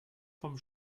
vom